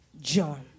John